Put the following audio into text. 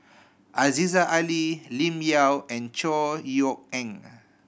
Aziza Ali Lim Yau and Chor Yeok Eng